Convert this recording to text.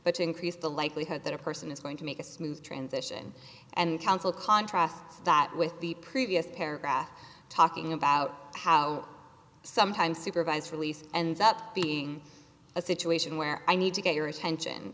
but to increase the likelihood that a person is going to make a smooth transition and counsel contrast that with the previous paragraph talking about how sometimes supervised release ends up being a situation where i need to get your attention